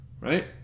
Right